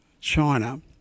China